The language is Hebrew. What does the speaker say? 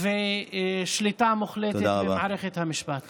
ושליטה מוחלטת על מערכת המשפט.